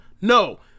No